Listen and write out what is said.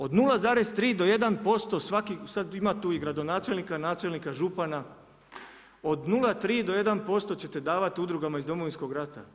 Od 0,3 do 1%, svaki, sada ima tu i gradonačelnika, načelnika, župana, od 0,3 do 1% ćete davati udrugama iz Domovinskog rata.